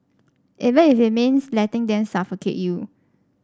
even if it means letting them suffocate you